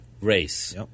race